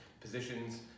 positions